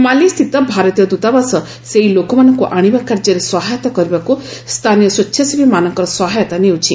ମାଲେସ୍ଥିତ ଭାରତୀୟ ଦ୍ରତାବାସ ସେହି ଲୋକମାନଙ୍କୁ ଆଶିବା କାର୍ଯ୍ୟରେ ସହାୟତା କରିବାକୁ ସ୍ଥାନୀୟ ସ୍ୱେଚ୍ଛାସେବୀମାନଙ୍କର ସହାୟତା ନେଉଛି